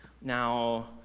Now